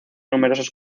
numerosos